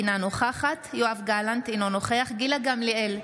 אינה נוכחת יואב גלנט, אינו נוכח גילה גמליאל,